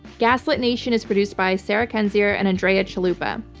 gaslit nation is produced by sarah kendzior and andrea chalupa.